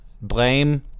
blame